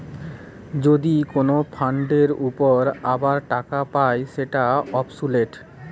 যদি কোন ফান্ডের উপর আবার টাকা পায় যেটা অবসোলুট